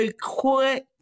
quick